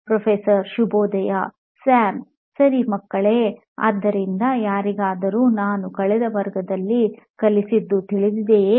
professor ಶುಭೋದಯ ಶುಭೋದಯ ಶುಭೋದಯ ಸ್ಯಾಮ್ ಸರಿ ಮಕ್ಕಳೇ ಆದ್ದರಿಂದ ಯಾರಿಗಾದರೂ ನಾವು ಕಳೆದ ವರ್ಗ ದಲ್ಲಿ ಕಲಿಸಿದ್ದು ತಿಳಿದಿದೆಯೇ